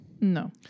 No